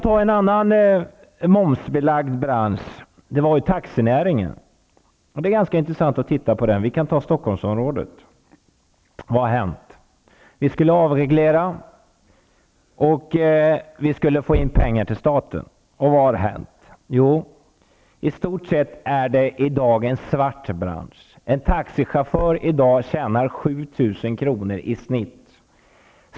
Det finns en annan momsbelagd bransch, nämligen taxinäringen. Det är intressant att titta på den, t.ex. när det gäller Stockholmsområdet. Det skulle ske en avreglering, och pengar skulle komma in till staten. Vad har hänt? I dag är taxinäringen i stort sett en svart bransch. En taxichaufför tjänar i dag i genomsnitt 7 000 kr. i månaden.